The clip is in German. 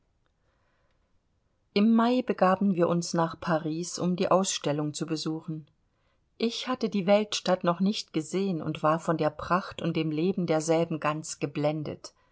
im mai begaben wir uns nach paris um die ausstellung zu besuchen ich hatte die weltstadt noch nicht gesehen und war von der pracht und dem leben derselben ganz geblendet